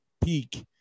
peak